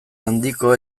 handiko